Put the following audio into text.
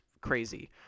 crazy